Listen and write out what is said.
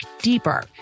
deeper